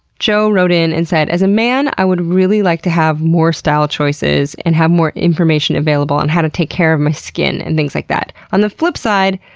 joe wrote in and said, as a man, i would really like to have more style choices and have more information available on how to take care of my skin and things like that. on the flip side,